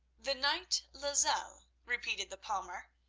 the knight lozelle? repeated the palmer.